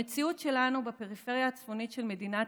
המציאות שלנו בפריפריה הצפונית של מדינת